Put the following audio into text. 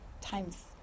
Time's